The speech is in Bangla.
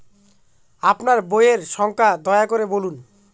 আপনার বইয়ের সংখ্যা দয়া করে বলুন?